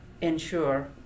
ensure